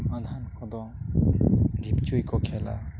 ᱟᱫᱷᱮᱠ ᱠᱚᱫᱚ ᱰᱷᱤᱯᱪᱩᱭ ᱠᱚ ᱠᱷᱮᱹᱞᱟ